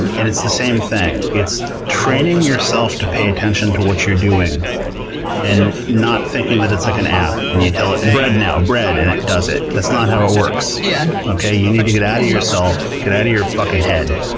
and it's the same thing. it's training yourself to pay attention to what you're doing and not thinking that it's like an app and you tell it, bread now. bread! and it does it. that's not how it works, yeah okay? you need to get out of yourself, get out of your fuckin' head,